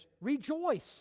rejoice